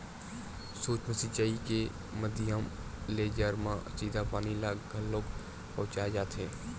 सूक्ष्म सिचई के माधियम ले जर म सीधा पानी ल घलोक पहुँचाय जाथे